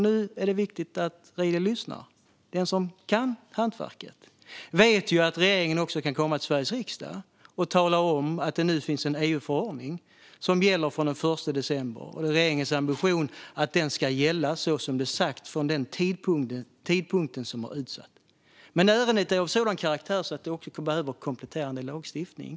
Nu är det viktigt att Riedl lyssnar: Den som kan hantverket vet att regeringen också kan komma till Sveriges riksdag och tala om att det nu finns en EU-förordning som gäller från den 1 december, att det är regeringens ambition att den ska gälla från den tidpunkt som är utsatt men att ärendet är av sådan karaktär att det behövs kompletterande lagstiftning.